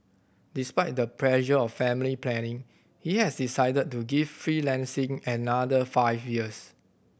despite the pressure of family planning he has decided to give freelancing another five years